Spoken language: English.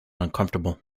uncomfortable